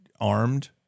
armed